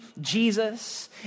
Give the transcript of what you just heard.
Jesus